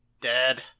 Dead